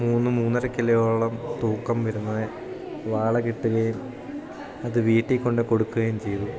മൂന്ന് മൂന്നരക്കിലയോളം തൂക്കം വരുന്ന വാള കിട്ടുകയും അത് വീട്ടിൽ കൊണ്ട് കൊടുക്കുകയും ചെയ്തു